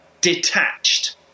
detached